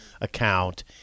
account